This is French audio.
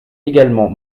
également